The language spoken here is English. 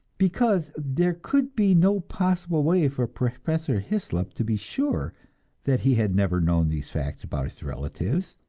because there could be no possible way for professor hyslop to be sure that he had never known these facts about his relatives.